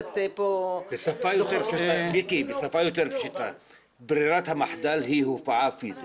בשפה יותר פשוטה, ברירת המחדל היא הופעה פיסית.